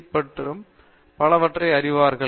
D பட்டம் மற்றும் பலவற்றை அறிவார்கள்